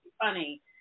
funny